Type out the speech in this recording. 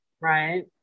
right